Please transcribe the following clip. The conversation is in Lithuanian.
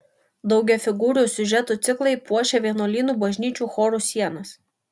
daugiafigūrių siužetų ciklai puošė vienuolynų bažnyčių chorų sienas